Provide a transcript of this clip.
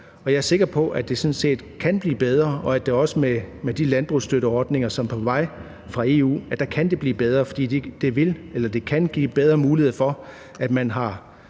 jeg er sikker på, at det sådan set kan blive bedre, og at det også med de landbrugsstøtteordninger, som er på vej fra EU, kan blive bedre, fordi det kan give bedre mulighed for, at man har